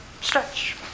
stretch